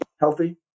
healthy